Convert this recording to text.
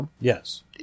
Yes